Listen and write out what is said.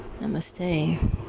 Namaste